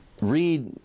read